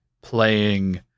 playing